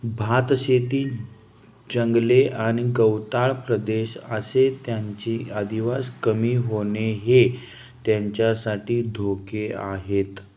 भातशेती जंगले आणि गवताळ प्रदेश असे त्यांची अधिवास कमी होणे हे त्यांच्यासाठी धोके आहेत